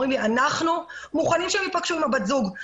אומרים לי שהם מוכנים שהם ייפגשו עם בת הזוג,